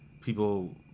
people